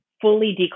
fully